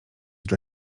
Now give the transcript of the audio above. dla